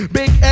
big